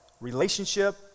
Relationship